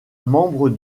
membre